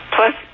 Plus